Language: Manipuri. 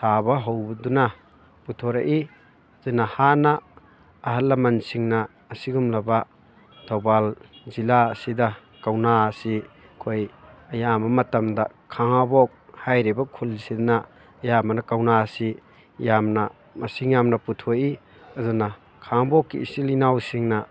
ꯁꯥꯕ ꯍꯧꯕꯗꯨꯅ ꯄꯨꯊꯣꯔꯛꯏ ꯑꯗꯨꯅ ꯍꯥꯟꯅ ꯑꯍꯜ ꯂꯃꯟꯁꯤꯡꯅ ꯑꯁꯤꯒꯨꯝꯂꯕ ꯊꯧꯕꯥꯜ ꯖꯤꯜꯂꯥ ꯑꯁꯤꯗ ꯀꯧꯅꯥ ꯑꯁꯤ ꯑꯩꯈꯣꯏ ꯑꯌꯥꯝꯕ ꯃꯇꯝꯗ ꯈꯥꯉꯕꯣꯛ ꯍꯥꯏꯔꯤꯕ ꯈꯨꯜꯁꯤꯅ ꯑꯌꯥꯝꯕꯅ ꯀꯧꯅꯥ ꯑꯁꯤ ꯌꯥꯝꯅ ꯃꯁꯤꯡ ꯌꯥꯝꯅ ꯄꯨꯊꯣꯛꯏ ꯑꯗꯨꯅ ꯈꯥꯉꯕꯣꯛꯀꯤ ꯏꯆꯤꯜ ꯏꯅꯥꯎꯁꯤꯡꯅ